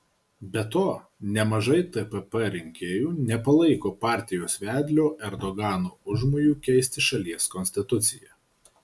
be to nemažai tpp rinkėjų nepalaiko partijos vedlio erdogano užmojų keisti šalies konstituciją